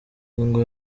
ngo